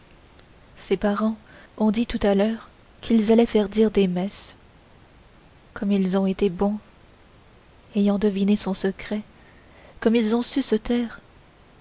ses parents ont dit tout à l'heure qu'ils allaient faire dire des messes comme ils ont été bons ayant deviné son secret comme ils ont su se taire